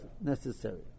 necessary